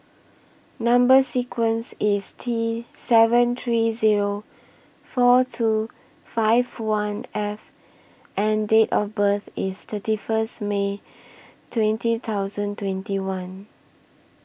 Number sequence IS T seven three Zero four two five one F and Date of birth IS thirty First May twenty thousand twenty one